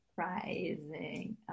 surprising